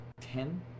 ten